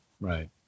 Right